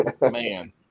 Man